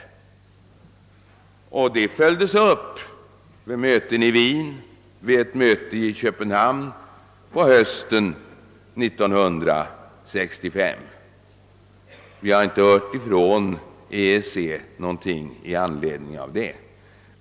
Dessa strävanden följdes också upp vid ett möte i Wien och ett i Köpenhamn på hösten 1965, men vi har sedan inte hört något från EEC i ärendet.